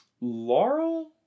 laurel